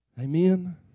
Amen